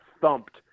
thumped